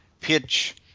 pitch